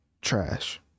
trash